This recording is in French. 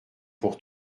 pour